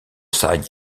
side